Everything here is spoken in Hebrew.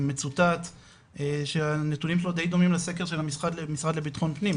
מצוטט שהנתונים שלו די דומים לסקר של המשרד לביטחון הפנים,